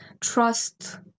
trust